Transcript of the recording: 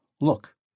Look